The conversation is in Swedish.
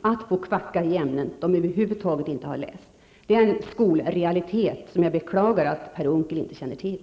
att få ''kvacka'' i ämnen som de över huvud taget inte har läst. Det är en skolrealitet som jag beklagar att Per Unckel inte känner till.